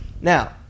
Now